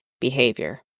behavior